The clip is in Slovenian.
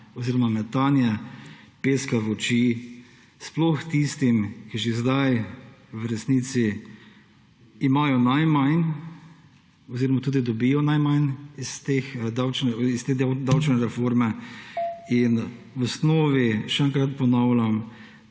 dejansko metanje peska v oči, sploh tistim, ki imajo že zdaj v resnici najmanj oziroma tudi dobijo najmanj iz te davčne reforme. V osnovi, še enkrat ponavljam,